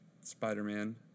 Spider-Man